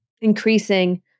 increasing